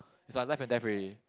is like life and death already